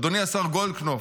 אדוני השר גולדקנופ,